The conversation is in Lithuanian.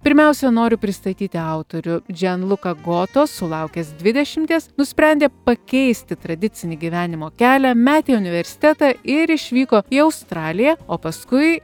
pirmiausia noriu pristatyti autorių džianluka goto sulaukęs dvidešimties nusprendė pakeisti tradicinį gyvenimo kelią metė universitetą ir išvyko į australiją o paskui